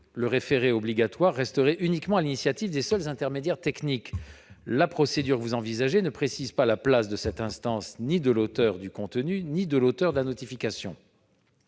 le référé obligatoire relèverait uniquement de l'initiative des seuls intermédiaires techniques. La procédure que vous envisagez ne précise pas la place, dans cette instance, de l'auteur du contenu ni de l'auteur de la notification,